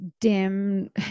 dim